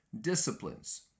disciplines